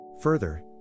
further